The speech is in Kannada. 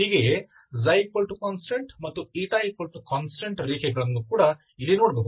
ಹೀಗೆಯೇ const ಮತ್ತು const ರೇಖೆಗಳನ್ನು ಇಲ್ಲಿ ಕಾಣಬಹುದು